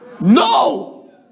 No